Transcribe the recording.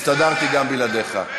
הסתדרתי גם בלעדיך.